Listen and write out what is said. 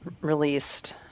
released